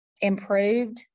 improved